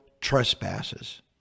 trespasses